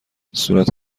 صورت